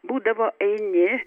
būdavo eini